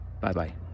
Bye-bye